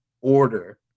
order